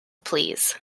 please